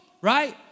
right